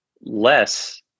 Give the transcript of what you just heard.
less